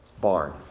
barn